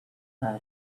tried